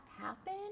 happen